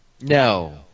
no